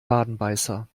wadenbeißer